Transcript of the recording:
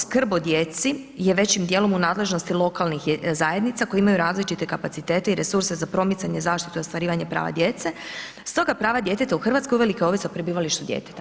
Skrb o djeci je većim dijelom u nadležnosti lokalnih zajednica, koje imaju različite kapacitete i resurse za promicanje zaštite i ostvarivanje prava djece, stoga prava djeteta u Hrvatskoj, uvelike ovise o prebivalištu djeteta.